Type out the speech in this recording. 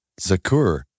Zakur